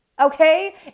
okay